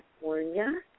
California